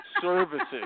services